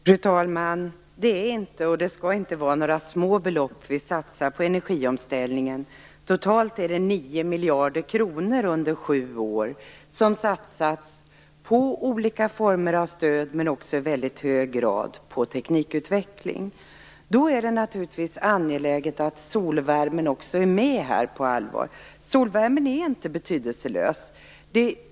Fru talman! Det är inte, och det skall inte vara, några små belopp vi satsar på energiomställningen. Totalt är det 9 miljarder kronor under sju år som satsas på olika former av stöd, men också i väldigt hög grad på teknikutveckling. Då är det naturligtvis angeläget att solvärmen också är med på allvar. Solvärmen är inte betydelselös.